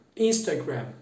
Instagram